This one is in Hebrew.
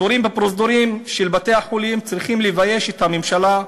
התורים בפרוזדורים של בתי-החולים צריכים לבייש את הממשלה.